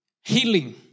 healing